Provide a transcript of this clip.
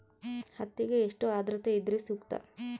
ಹತ್ತಿಗೆ ಎಷ್ಟು ಆದ್ರತೆ ಇದ್ರೆ ಸೂಕ್ತ?